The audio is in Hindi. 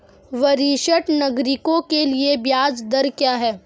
वरिष्ठ नागरिकों के लिए ब्याज दर क्या हैं?